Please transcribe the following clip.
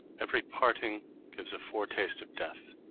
every parting gives a foretaste of death